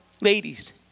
ladies